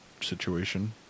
situation